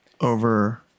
over